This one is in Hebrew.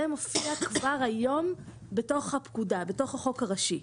זה מופיע כבר היום בתוך הפקודה, בתוך החוק הראשי.